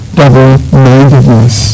double-mindedness